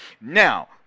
Now